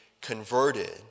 converted